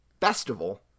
festival